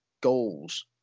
goals